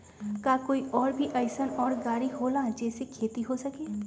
का कोई और भी अइसन और गाड़ी होला जे से खेती हो सके?